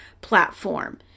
platform